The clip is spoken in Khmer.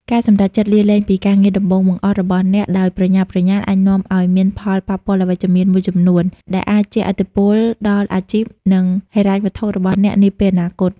ការសម្រេចចិត្តលាលែងពីការងារដំបូងបង្អស់របស់អ្នកដោយប្រញាប់ប្រញាល់ អាចនាំឲ្យមានផលប៉ះពាល់អវិជ្ជមានមួយចំនួន ដែលអាចជះឥទ្ធិពលដល់អាជីព និងហិរញ្ញវត្ថុរបស់អ្នកនាពេលអនាគត។